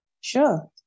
Sure